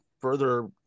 further